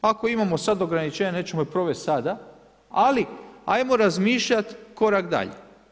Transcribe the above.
Ako imamo sad ograničenje nećemo ih provesti sada, ali ajmo razmišljati korak dalje.